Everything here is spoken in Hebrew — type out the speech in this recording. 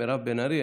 מירב בן ארי,